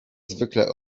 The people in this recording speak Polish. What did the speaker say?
zwykle